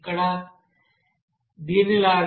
ఇక్కడ Y aX2b లాగా